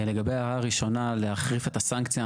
לגבי ההערה הראשונה להחריף את הסנקציה,